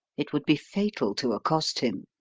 it would be fatal to accost him.